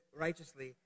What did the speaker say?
righteously